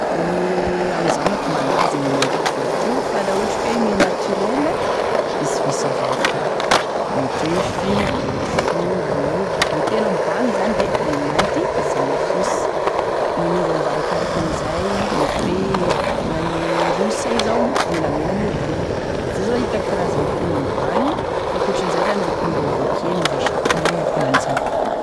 Gne amizao manko malaza gne mandoko volo toa fa la ohatry koe gne naturela visivisy avao ka, mety hoe fito, folo eo e tena mibahagny zany de e mainty izy ame fotsy da e miovaova arakarakin' izay mety hoe gnane Russe zao menamena gne volony zay zao hitako karazany telo mibahagny, fa gn'ankaotran'izay zany mety miovaova kely mety miova chatain na akonan'izany.